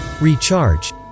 recharge